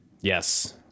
Yes